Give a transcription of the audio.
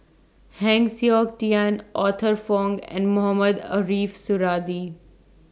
Heng Siok Tian Arthur Fong and Mohamed Ariff Suradi